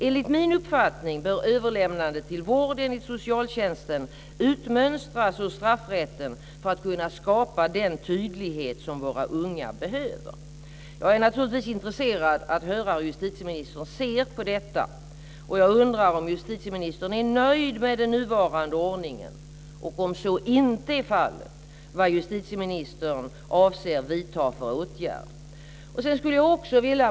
Enligt min uppfattning bör överlämnandet till vård enligt socialtjänsten utmönstras ur straffrätten för att kunna skapa den tydlighet som våra unga behöver. Jag är naturligtvis intresserad av att höra hur justitieministern ser på detta. Jag undrar om justitieministern är nöjd med den nuvarande ordningen. Om så inte är fallet, vad avser justitieministern vidta för åtgärder?